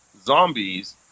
zombies